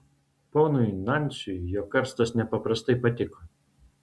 ponui nansiui jo karstas nepaprastai patiko